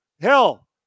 hell